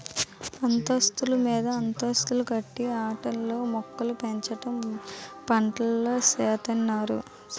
అంతస్తులు మీదంతస్తులు కట్టి ఆటిల్లో మోక్కలుపెంచడం పట్నాల్లో సేత్తన్నారు